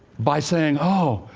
by saying, oh,